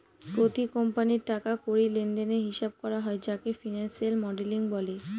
প্রতি কোম্পানির টাকা কড়ি লেনদেনের হিসাব করা হয় যাকে ফিনান্সিয়াল মডেলিং বলে